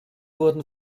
wurden